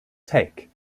take